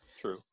True